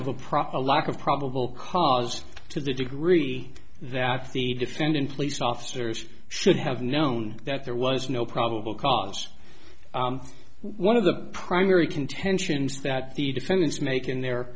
proper a lack of probable cause to the degree that the defendant police officers should have known that there was no probable cause one of the primary contentions that the defendants make in their